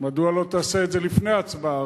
מדוע לא תעשה את זה לפני ההצבעה?